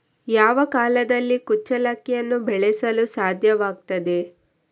ಯಾವ ಕಾಲದಲ್ಲಿ ಕುಚ್ಚಲಕ್ಕಿಯನ್ನು ಬೆಳೆಸಲು ಸಾಧ್ಯವಾಗ್ತದೆ?